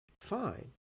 fine